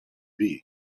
hiv